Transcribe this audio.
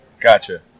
Gotcha